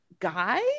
guy